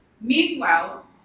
Meanwhile